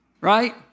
right